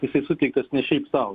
jisai suteiktas ne šiaip sau